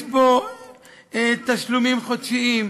יש פה תשלומים חודשיים,